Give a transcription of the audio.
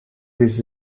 this